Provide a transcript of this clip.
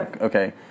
Okay